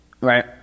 right